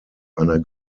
einer